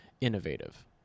innovative